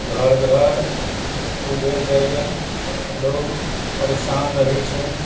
घर घर उजरि जाइए लोग परेशान रहै छथि